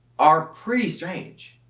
are pretty strange.